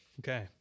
Okay